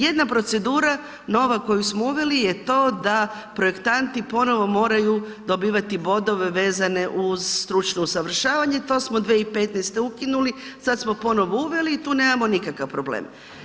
Jedna procedura nova koju smo uveli je to da projektanti ponovno moraju dobivati bodove vezane uz stručno usavršavanje, to smo 2015., sad smo ponovno uveli i tu nemamo nikakav problem.